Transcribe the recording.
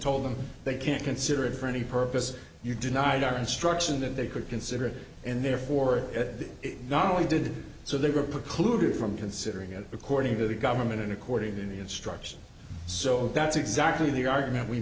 told them they can't consider it for any purpose you denied our instruction that they could consider it and therefore not only did so they were precluded from considering it according to the government and according to the instructions so that's exactly the argument we